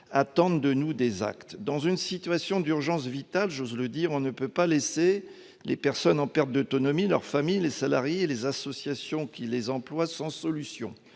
sommes, j'ose le dire, dans une situation d'urgence vitale : on ne peut pas laisser les personnes en perte d'autonomie, leurs familles, les salariés et les associations qui les emploient sans solution.